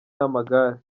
n’amagare